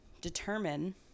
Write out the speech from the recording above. determine